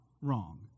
wrong